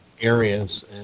areas